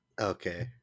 Okay